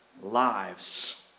lives